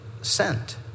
sent